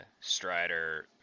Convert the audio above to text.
Strider